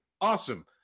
awesome